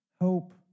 hope